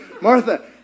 Martha